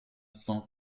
cent